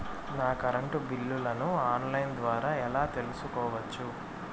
నా కరెంటు బిల్లులను online ద్వారా ఎలా తెలుసుకోవచ్చు?